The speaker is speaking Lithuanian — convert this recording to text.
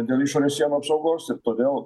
dėl išorės sienų apsaugos ir todėl